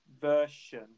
version